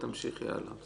שהתכוונו בהתחלה.